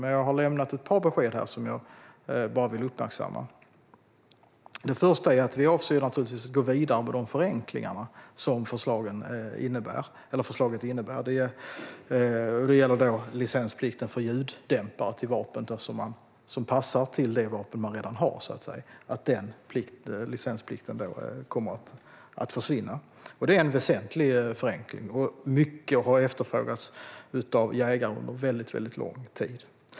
Men jag har lämnat ett par besked som jag bara vill uppmärksamma. Det första är att vi naturligtvis avser att gå vidare med de förenklingar som förslaget innebär. Licensplikten för ljuddämpare till vapen som passar till det vapen som man redan har kommer att försvinna. Det är en väsentlig förenkling som har efterfrågats mycket av jägare under väldigt lång tid.